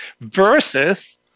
versus